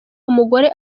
umugore